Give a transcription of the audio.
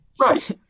Right